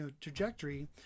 trajectory